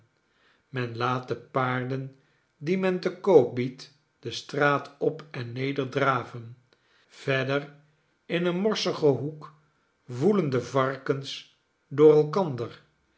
men laat de paarden die men te koop biedt de straat op en neder draven verder in een morsigen hoek woelen de varkens door elkander